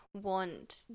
want